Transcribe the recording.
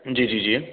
जी जी जी